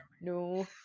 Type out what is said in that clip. no